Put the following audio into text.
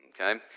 Okay